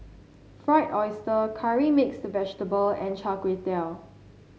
Fried Oyster Curry Mixed Vegetable and Char Kway Teow